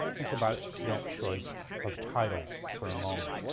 think about that choice of title for a moment.